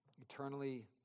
eternally